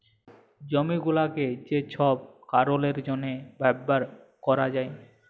জমি গুলাকে যে ছব কারলের জ্যনহে ব্যাভার ক্যরা যায়